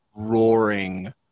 roaring